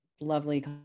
lovely